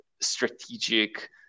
strategic